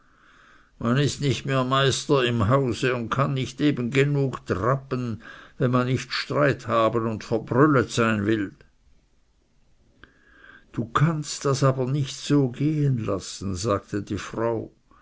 man ist nicht mehr meister im hause und kann nicht eben genug trappen wenn man nicht streit haben und verbrüllet sein will du kannst das aber nicht so gehen lassen sagte die frau